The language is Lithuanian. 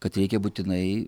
kad reikia būtinai